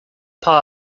part